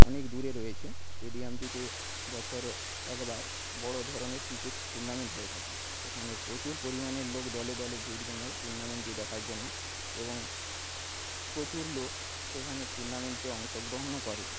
অনেক দূরে রয়েছে স্টেডিয়ামটিতে বছরে একবার বড়ো ধরনের ক্রিকেট টুর্নামেন্ট হয়ে থাকে সেখানে প্রচুর পরিমাণে লোক দলে দলে ভিড় জমায় টুর্নামেন্টটি দেখার জন্য এবং প্রচুর লোক সেখানে টুর্নামেন্টে অংশগ্রহণও করে